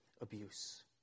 abuse